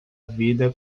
vida